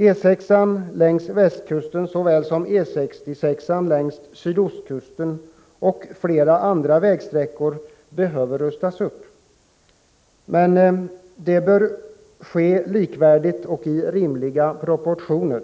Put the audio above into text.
E 6 längs västkusten såväl som E 66 längs sydostkusten och flera andra motorvägssträckor behöver rustas upp. Men det bör ske likvärdigt och i rimliga proportioner.